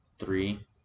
three